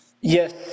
Yes